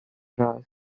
harass